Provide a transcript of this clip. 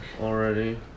already